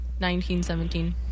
1917